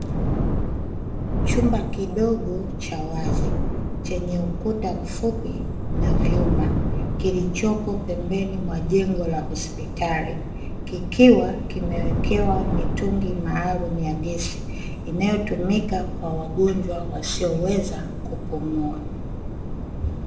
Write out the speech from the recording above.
Chumba kidogo cha wazi chenye ukuta mfupi na vyuma, kilichopo pembeni mwa jengo la hospitali, kikiwa kimewekewa mitungi maalumu ya gesi inayotumika kwa wagonjwa wasioweza kupumua.